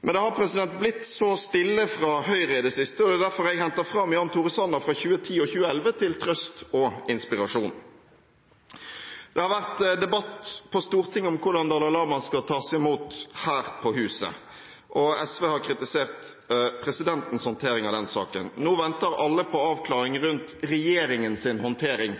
Men det har blitt så stille fra Høyre i det siste, og det er derfor jeg henter fram sitater fra Jan Tore Sanner fra 2010 og 2011, til trøst og inspirasjon. Det har vært debatt på Stortinget om hvordan Dalai Lama skal tas imot her på huset, og SV har kritisert presidentens håndtering av den saken. Nå venter alle på avklaring rundt regjeringens håndtering